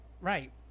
Right